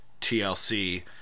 TLC